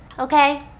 Okay